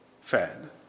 fed